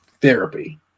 Therapy